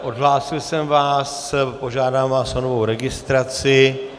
Odhlásil jsem vás, požádám vás o novou registraci.